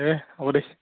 দে হ'ব দে